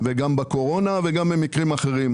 גם בתקופת הקורונה וגם במקרים אחרים.